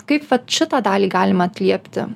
kaip vat šitą dalį galima atliepti